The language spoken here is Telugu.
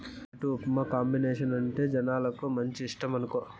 పెసరట్టు ఉప్మా కాంబినేసనంటే జనాలకు మంచి ఇష్టమనుకో